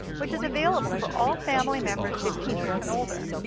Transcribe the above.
which is available for all family members fifteen years and older.